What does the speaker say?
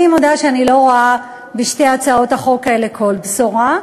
אני מודה שאני לא רואה בשתי הצעות החוק האלה כל בשורה,